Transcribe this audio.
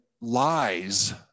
lies